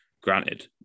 Granted